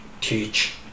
teach